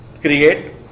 create